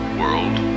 world